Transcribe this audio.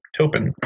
Topin